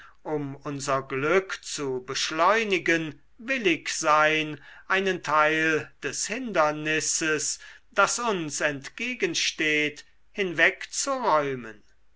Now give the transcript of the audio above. um unser glück zu beschleunigen willig sein einen teil des hindernisses das uns entgegensteht hinwegzuräumen